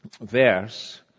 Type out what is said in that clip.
verse